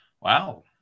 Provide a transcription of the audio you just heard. wow